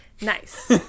Nice